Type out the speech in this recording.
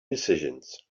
decisions